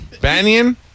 Banyan